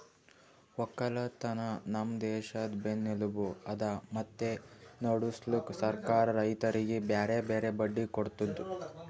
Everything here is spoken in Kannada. ಒಕ್ಕಲತನ ನಮ್ ದೇಶದ್ ಬೆನ್ನೆಲುಬು ಅದಾ ಮತ್ತೆ ನಡುಸ್ಲುಕ್ ಸರ್ಕಾರ ರೈತರಿಗಿ ಬ್ಯಾರೆ ಬ್ಯಾರೆ ಬಡ್ಡಿ ಕೊಡ್ತುದ್